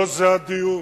לא זה הדיון.